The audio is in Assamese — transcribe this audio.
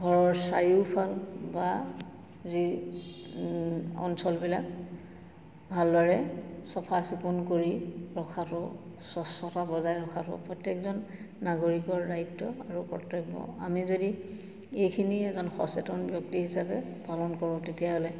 ঘৰৰ চাৰিওফাল বা যি অঞ্চলবিলাক ভালদৰে চফা চিকুণ কৰি ৰখাটো স্বচ্ছতা বজাই ৰখাটো প্ৰত্যেকজন নাগৰিকৰ দায়িত্ব আৰু কৰ্তব্য আমি যদি এইখিনি এজন সচেতন ব্যক্তি হিচাপে পালন কৰোঁ তেতিয়াহ'লে